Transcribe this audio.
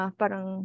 parang